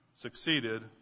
succeeded